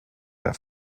der